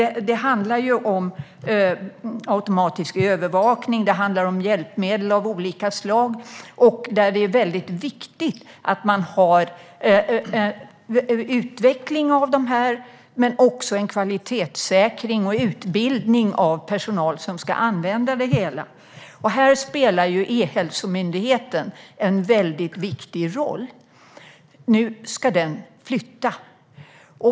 Det handlar om automatisk övervakning och om hjälpmedel av olika slag. Det är väldigt viktigt att man har utveckling och kvalitetssäkring av dessa system och också utbildar den personal som ska använda det hela. Här spelar E-hälsomyndigheten en väldigt viktig roll. Nu ska den flytta.